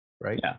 Right